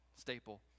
staple